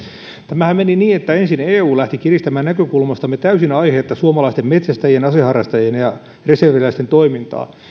tämähän meni niin että ensin eu lähti kiristämään näkökulmastamme täysin aiheetta suomalaisten metsästäjien aseharrastajien ja reserviläisten toimintaa